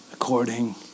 according